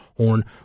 Horn